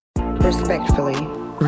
Respectfully